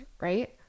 right